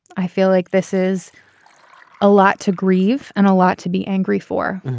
i feel like this is a lot to grieve and a lot to be angry for